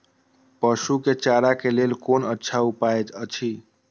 पशु के चारा के लेल कोन अच्छा उपाय अछि?